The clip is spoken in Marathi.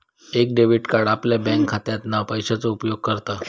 एक डेबिट कार्ड आपल्या बँकखात्यातना पैशाचो उपयोग करता